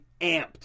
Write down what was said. amped